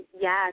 Yes